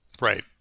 Right